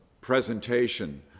presentation